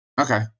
Okay